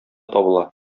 табыла